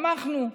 שמחנו: